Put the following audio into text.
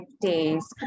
days